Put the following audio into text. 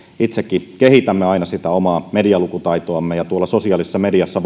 itsekin kehitämme aina sitä omaa medialukutaitoamme ja varsinkaan tuolla sosiaalisessa mediassa